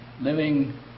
living